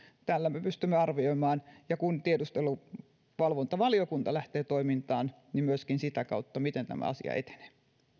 tällä me pystymme arvioimaan ja kun tiedusteluvalvontavaliokunta lähtee toimintaan niin myöskin sitä kautta miten tämä asia etenee